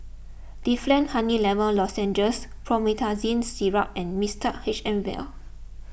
Difflam Honey Lemon Lozenges Promethazine Syrup and Mixtard H M Vial